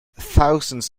thousands